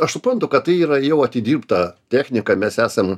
aš suprantu kad tai yra jau atidirbta technika mes esam